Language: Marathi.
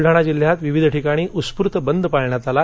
ब्लढाणा जिल्ह्यात विविध ठिकाणी उस्फूर्त बंद पाळण्यात आला